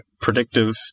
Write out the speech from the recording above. predictive